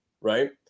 Right